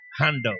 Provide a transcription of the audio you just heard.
handle